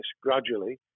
gradually